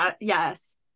Yes